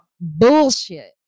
bullshit